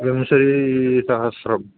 विंशतिः सहस्रम्